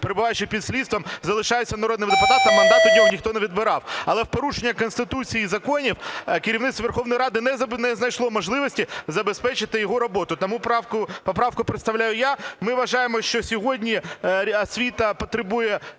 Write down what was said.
перебуваючи під слідством, залишається народним депутатом, мандат у нього ніхто не відбирав. Але в порушення Конституції і законів керівництво Верховної Ради не знайшло можливості забезпечити його роботу, тому поправку представляю я. Ми вважаємо, що сьогодні освіта потребує